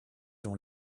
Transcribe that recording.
dans